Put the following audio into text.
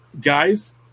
guys